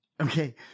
Okay